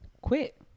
quit